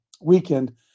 weekend